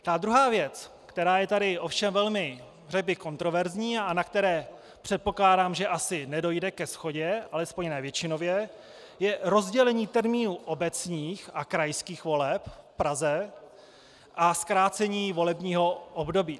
Ta druhá věc, která je tady ovšem velmi, řekl bych, kontroverzní a na které, předpokládám, asi nedojde ke shodě, alespoň ne většinově, je rozdělení termínů obecních a krajských voleb v Praze a zkrácení volebního období.